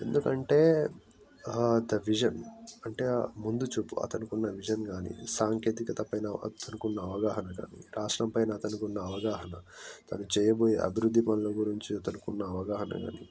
ఎందుకంటే అతని విజన్ అంటే ముందుచూపు అతనికి ఉన్న విజన్ కానీ సాంకేతికత పైన అతనికి ఉన్న అవగాహన కానీ రాష్ట్రం పైన అతనికి ఉన్న అవగాహన తను చేయబోయే అభివృద్ధి పనుల గురించి తనకు ఉన్న అవగాహన కానీ